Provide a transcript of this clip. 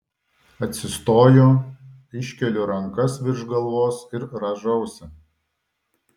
atsistoju iškeliu rankas virš galvos ir rąžausi